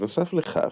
בנוסף לכך,